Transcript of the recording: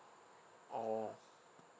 orh